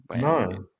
No